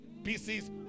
Pieces